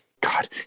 God